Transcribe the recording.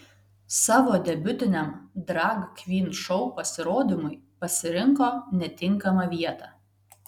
savo debiutiniam drag kvyn šou pasirodymui pasirinko netinkamą vietą